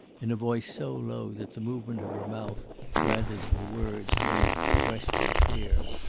in a voice so low that the movement of her mouth rather than the words made the question clear.